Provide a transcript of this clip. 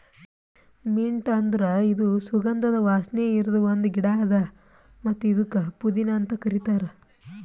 mint ಅಂದುರ್ ಇದು ಸುಗಂಧದ ವಾಸನೆ ಇರದ್ ಒಂದ್ ಗಿಡ ಅದಾ ಮತ್ತ ಇದುಕ್ ಪುದೀನಾ ಅಂತ್ ಕರಿತಾರ್